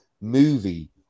movie